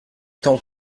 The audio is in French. tant